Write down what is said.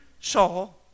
Saul